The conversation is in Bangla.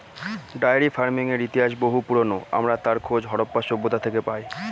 ডায়েরি ফার্মিংয়ের ইতিহাস বহু পুরোনো, আমরা তার খোঁজ হরপ্পা সভ্যতা থেকে পাই